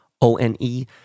O-N-E